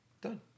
Done